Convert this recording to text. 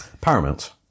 Paramount